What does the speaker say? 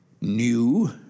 New